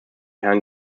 herrn